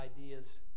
ideas